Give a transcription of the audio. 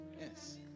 yes